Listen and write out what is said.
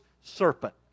serpent